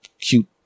cute